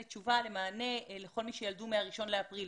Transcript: למענה לגבי כל מי שילדה מה-1 באפריל.